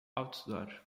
outdoor